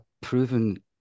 proven